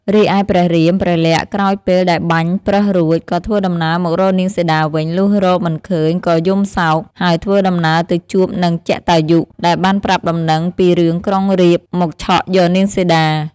រីឯព្រះរាមព្រះលក្សណ៍ក្រោយពេល ដែលបាញ់ប្រើសរួច ក៏ធ្វើដំណើរមករកនាងសីតាវិញ លុះរកមិនឃើញក៏យំសោក ហើយធ្វើដំណើរទៅជួបនឹងជតាយុ ដែលបានប្រាប់ដំណឹងពីរឿងក្រុងរាពណ៍ មកឆក់យកនាងសីតា។